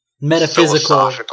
Metaphysical